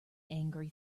angry